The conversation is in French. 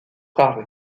rare